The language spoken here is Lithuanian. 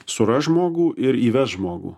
surast žmogų ir įvest žmogų